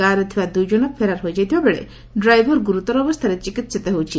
କାର୍ରେ ଥିବା ଦୁଇଜଣ ଫେରାର ହୋଇଯାଇଥିବା ବେଳେ ଡ୍ରାଇଭର ଗୁରୁତର ଅବସ୍ଷାରେ ଚିକିିିତ ହେଉଛି